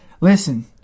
listen